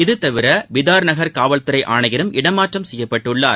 இது தவிர பிதார்நகர் காவல்துறை ஆணையரும் இடமாற்றம் செய்யப்பட்டுள்ளார்